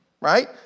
Right